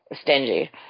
stingy